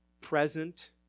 present